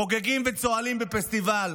חוגגים וצוהלים בפסטיבל,